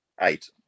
eight